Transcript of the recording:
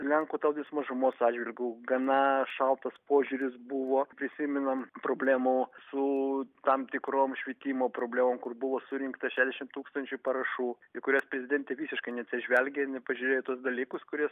lenkų tautinės mažumos atžvilgiu gana šaltas požiūris buvo prisimenam problemų su tam tikrom švietimo problemom kur buvo surinkta šešdešim tūkstančių parašų į kurias prezidentė visiškai neatsižvelgė ir nepažiūrėjo į tuos dalykus kuries